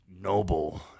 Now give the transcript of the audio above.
noble